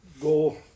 go